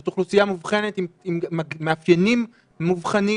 זו אוכלוסייה מובחנת עם מאפיינים מובחנים